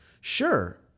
Sure